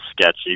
sketchy